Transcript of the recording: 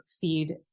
feed